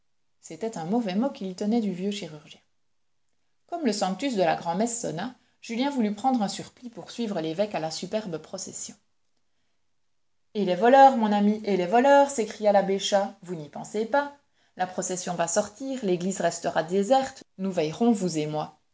vieux chirurgien comme le sanctus de la grand'messe sonna julien voulut prendre un surplis pour suivre l'évêque à la superbe procession et es voleurs mon ami et les voleurs s'écria l'abbé chas vous n'y pensez pas la procession va sortir l'église restera déserte nous veillerons vous et moi